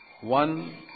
One